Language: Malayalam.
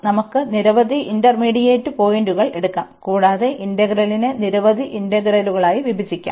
നമുക്ക് നിരവധി ഇന്റർമീഡിയറ്റ് പോയിന്റുകൾ എടുക്കാം കൂടാതെ ഇന്റഗ്രലിനെ നിരവധി ഇന്റഗ്രലുകളായി വിഭജിക്കാം